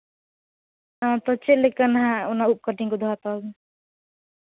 ᱦᱮᱸ ᱛᱚ ᱪᱮᱫ ᱞᱮᱠᱟ ᱱᱟᱦᱟᱜ ᱚᱱᱟ ᱩᱵ ᱠᱟᱴᱤᱱ ᱠᱚᱫᱚ ᱦᱟᱛᱟᱣᱟᱵᱮᱱ